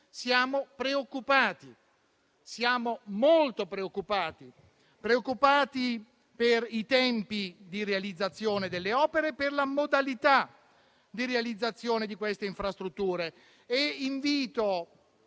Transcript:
siamo preoccupati, siamo molto preoccupati per i tempi di realizzazione delle opere e per la modalità di realizzazione delle infrastrutture.